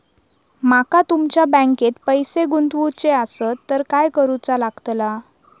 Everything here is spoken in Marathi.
माका तुमच्या बँकेत पैसे गुंतवूचे आसत तर काय कारुचा लगतला?